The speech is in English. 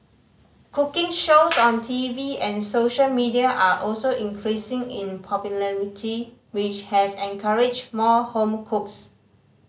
cooking shows on T V and social media are also increasing in popularity which has encouraged more home cooks